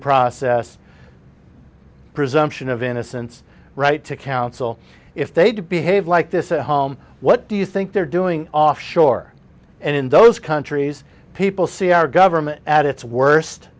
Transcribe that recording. process presumption of innocence right to counsel if they do behave like this at home what do you think they're doing offshore and in those countries people see our government at its worst